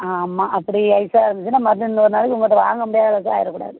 ஆ ஆமாம் அப்படி ஐசாக இருந்துச்சுனா மறுபடி இன்னொரு நாள் உங்கள் கிட்டே வாங்க முடியாத அளவுக்கெலாம் ஆகிட கூடாது